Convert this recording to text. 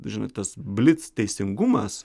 žinai tas blic teisingumas